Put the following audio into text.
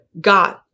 God